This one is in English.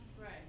Right